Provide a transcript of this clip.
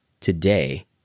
today